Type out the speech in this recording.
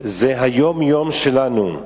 שלנו היא היום-יום שלנו,